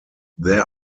there